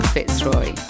Fitzroy